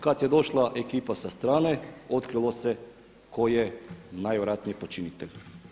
Kad je došla ekipa sa strane, otkrilo se tko je najvjerojatnije počinitelj.